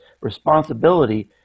responsibility